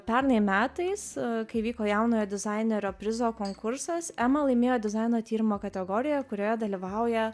pernai metais kai vyko jaunojo dizainerio prizo konkursas ema laimėjo dizaino tyrimo kategoriją kurioje dalyvauja